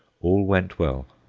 all went well.